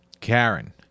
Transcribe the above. Karen